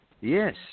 Yes